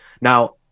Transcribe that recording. Now